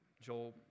Joel